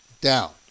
down